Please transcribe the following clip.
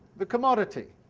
the commodity.